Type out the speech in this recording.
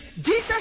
jesus